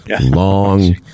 long